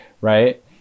Right